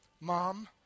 mom